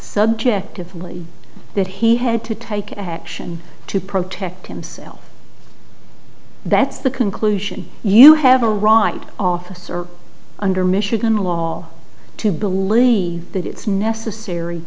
subjectively that he had to take action to protect himself that's the conclusion you have a right officer under michigan law to believe that it's necessary